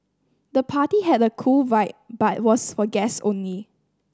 the party had a cool vibe but was for guests only